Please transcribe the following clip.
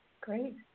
great